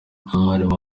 umwarimu